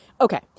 Okay